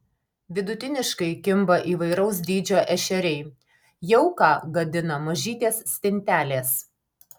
vidutiniškai kimba įvairaus dydžio ešeriai jauką gadina mažytės stintelės